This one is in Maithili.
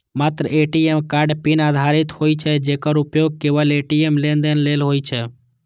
मात्र ए.टी.एम कार्ड पिन आधारित होइ छै, जेकर उपयोग केवल ए.टी.एम लेनदेन लेल होइ छै